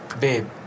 babe